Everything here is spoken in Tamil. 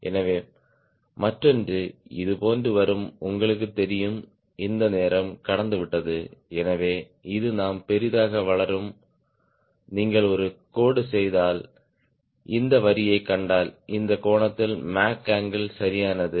எனவே மற்றொன்று இதுபோன்று வரும் உங்களுக்குத் தெரியும் இந்த நேரம் கடந்துவிட்டது எனவே இது நாம் பெரிதாக வளரும் நீங்கள் ஒரு கோடு செய்தால் இந்த வரியைக் கண்டால் இந்த கோணத்தில் மேக் அங்கிள் சரியானது